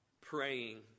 praying